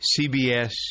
CBS